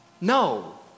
No